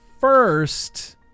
first